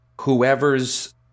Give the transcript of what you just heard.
whoever's